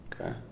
Okay